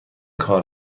کار